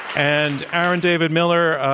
and, aaron david miller,